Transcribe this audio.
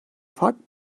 fark